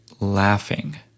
laughing